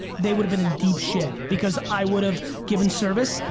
they would've been in deep shit because i would've given service,